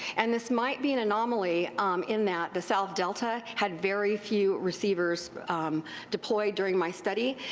and this might be an anomaly um in that the south delta had very few receivers deployed during my study,